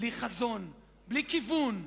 בלי חזון, בלי כיוון,